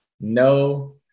no